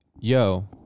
yo